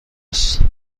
است